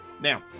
now